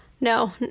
no